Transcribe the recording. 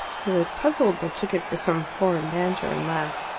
he looked puzzled, but took it for some foreign banter, and laughed.